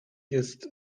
ist